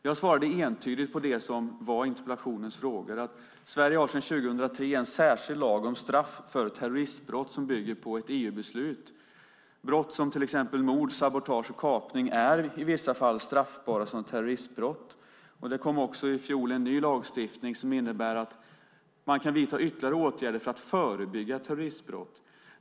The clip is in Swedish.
Jag svarade entydigt på det som var interpellationens frågor: "Sverige har sedan 2003 en särskild lag om straff för terroristbrott som bygger på ett EU-rambeslut . Brott som till exempel mord, sabotage och kapning är i vissa fall straffbara som terroristbrott." Det kom också i fjol "en ny lagstiftning som innebär att ytterligare åtgärder kan vidtas för att förebygga bland annat terroristbrott".